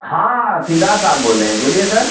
हाँ ठेकेदार साहब बोल रहे हैं बोलिए सर